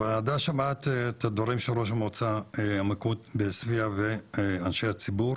הוועדה שומעת את הדברים של ראש המועצה בעוספיה ואנשי הציבור,